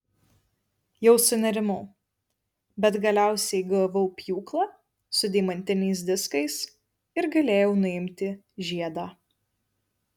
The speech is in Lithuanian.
jau sunerimau bet galiausiai gavau pjūklą su deimantiniais diskais ir galėjau nuimti žiedą